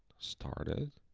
started.